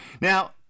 Now